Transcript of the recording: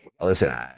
listen